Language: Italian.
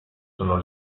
sono